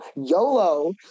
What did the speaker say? YOLO